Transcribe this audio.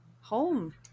home